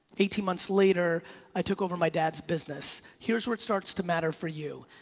eighteen months later i took over my dad's business. here's where it starts to matter for you.